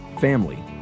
family